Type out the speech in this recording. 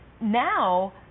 now